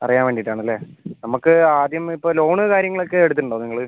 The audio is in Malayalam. അറിയാൻ വേണ്ടിയിട്ട് ആണല്ലേ നമുക്ക് ആദ്യം ഇപ്പം ലോൺ കാര്യങ്ങൾ ഒക്കെ എടുത്തിട്ടുണ്ടോ നിങ്ങൾ